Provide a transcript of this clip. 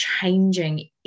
changing